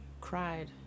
cried